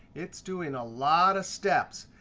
it's doing a lot of steps.